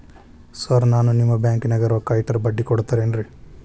Sir ನಾನು ನಿಮ್ಮ ಬ್ಯಾಂಕನಾಗ ರೊಕ್ಕ ಇಟ್ಟರ ಬಡ್ಡಿ ಕೊಡತೇರೇನ್ರಿ?